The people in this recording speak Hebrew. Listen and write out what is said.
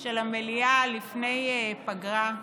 של המליאה לפני פגרה.